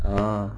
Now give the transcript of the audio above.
ah